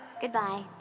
Goodbye